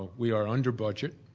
we are under budget